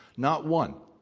not one.